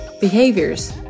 behaviors